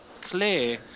clear